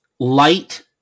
Light